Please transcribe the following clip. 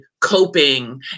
coping